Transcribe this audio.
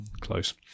Close